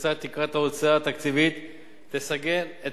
שפריצת תקרת ההוצאה התקציבית תסכן את